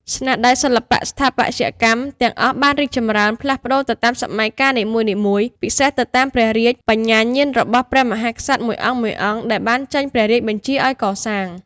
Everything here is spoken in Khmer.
ស្នាដៃសិល្បៈស្ថាបត្យកម្មទាំង អស់បានរីកចម្រើន ផ្លាស់ប្តូរទៅតាមសម័យកាលនីមួយៗ ពិសេសទៅតាមព្រះរាជ បញ្ញាញាណរបស់ព្រះមហាក្សត្រមួយអង្គៗ ដែលបានចេញព្រះរាជបញ្ជាឱ្យកសាង។